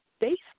based